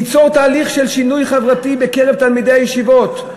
ליצור תהליך של שינוי חברתי בקרב תלמידי הישיבות.